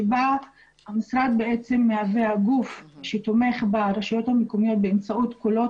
בה המשרד בעצם מהווה הגוף שתומך ברשויות המקומיות באמצעות קולות